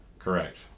Correct